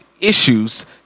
issues